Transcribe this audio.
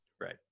Right